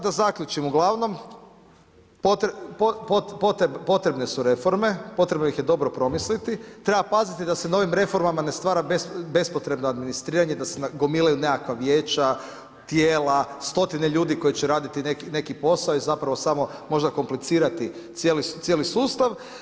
Da zaključim, ugl. potrebne su reforme, potrebno ih je dobro promisliti, treba paziti da se novim reformama ne stvari bespotrebno administriranje, da se nagomilaju nekakva vijeća, tijela, stotine ljudi koji će raditi neki posao je zapravo samo možda komplicirati cijeli sustav.